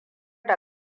da